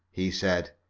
he said,